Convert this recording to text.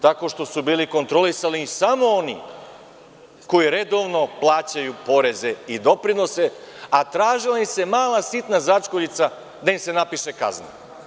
Tako što su bili kontrolisani samo oni koji redovno plaćaju poreze i doprinose, a tražila im se mala, sitna začkoljica da im se napiše kazna.